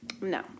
No